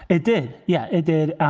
it did. yeah, it did.